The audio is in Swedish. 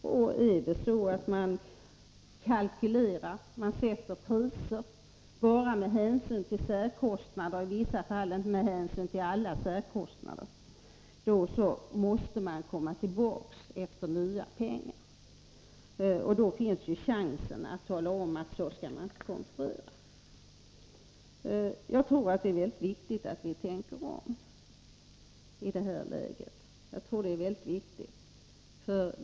Om dessa företag kalkylerar och sätter priser bara med hänsyn till särkostnader och i vissa fall inte med hänsyn till alla särkostnader, måste de komma tillbaka och begära nya pengar. Då finns chansen att tala om att så skall man inte konkurrera. Jag tror att det är väldigt viktigt att vi tänker om i det här läget.